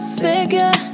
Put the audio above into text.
figure